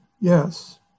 yes